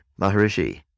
Maharishi